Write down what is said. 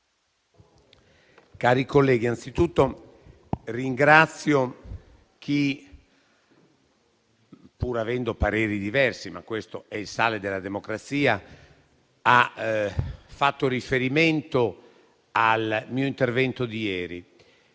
colleghi, innanzitutto ringrazio chi, pur avendo pareri diversi (ma questo è il sale della democrazia), ha fatto riferimento al mio intervento di ieri.